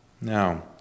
Now